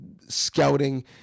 scouting